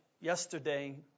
yesterday